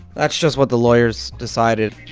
that's just what the lawyers decided